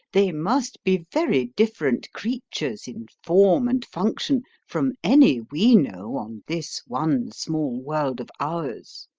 they must be very different creatures in form and function from any we know on this one small world of ours.